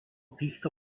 týchto